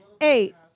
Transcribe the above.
eight